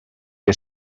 que